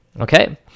okay